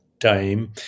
time